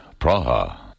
Praha